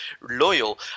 loyal